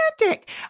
romantic